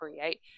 create